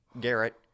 Garrett